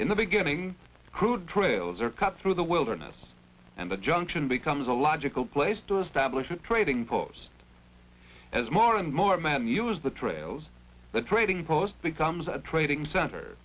in the beginning crude trails are cut through the wilderness and the junction becomes a logical place to establish a trading post as more and more men use the trails the trading post becomes a trading cent